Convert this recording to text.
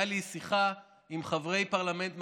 הייתה לי שיחה עם חברי פרלמנט מהבונדסטאג,